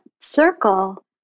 circle